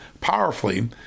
powerfully